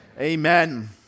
Amen